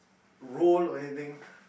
role or anything